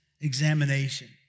examination